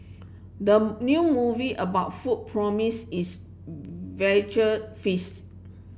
the new movie about food promise is visual feasts